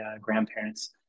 grandparents